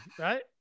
right